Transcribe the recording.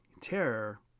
terror